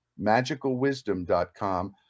magicalwisdom.com